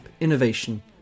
innovation